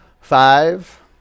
Five